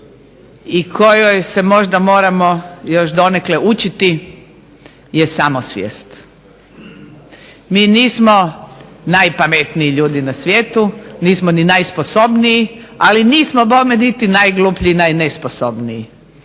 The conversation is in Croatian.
i kojoj se možda moramo ovdje učiti je samosvijest. Mi nismo najpametniji ljudi na svijetu, nismo ni najsposobniji ali nismo niti najgluplji niti najnesposobniji.